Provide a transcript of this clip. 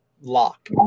lock